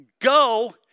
Go